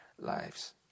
lives